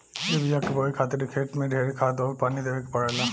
ए बिया के बोए खातिर खेत मे ढेरे खाद अउर पानी देवे के पड़ेला